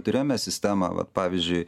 turėjome sistemą vat pavyzdžiui